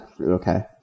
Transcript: Okay